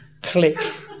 click